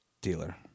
dealer